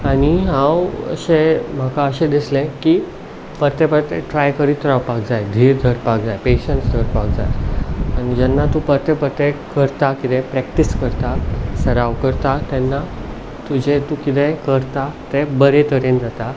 आनी हांव अशें म्हाका अशें दिसलें की परतें परतें ट्राय करीत रावपाक जाय धीर धरपाक जाय पॅशन्स धरपाक जाय आनी जेन्ना तूं परतें परतें करता कितें प्रॅक्टीस करता सराव करता तेन्ना तुजें तूं कितेंय करता तें बरे तरेन जाता